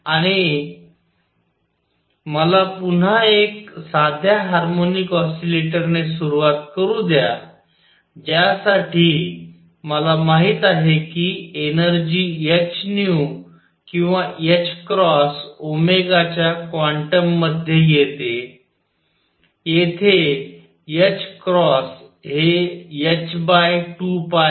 आणि मला पुन्हा एक साध्या हार्मोनिक ऑसीलेटरने सुरुवात करू द्या ज्यासाठी मला माहित आहे की एनर्जी h nu किंवा h क्रॉस ओमेगाच्या क्वांटममध्ये येते जेथे h क्रॉस हे h2πआहे